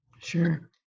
Sure